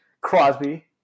Crosby